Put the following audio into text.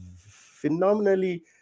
phenomenally